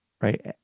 right